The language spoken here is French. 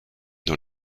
dans